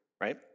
right